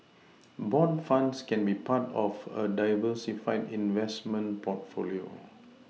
bond funds can be part of a diversified investment portfolio